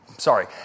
Sorry